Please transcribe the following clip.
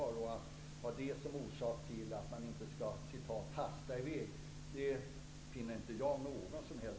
Att använda den som skäl för att inte ''hasta i väg'' tycker inte jag är befogat.